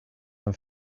them